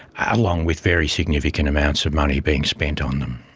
along with very significant amounts of money being spent on them.